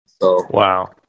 Wow